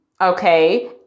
okay